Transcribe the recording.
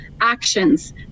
actions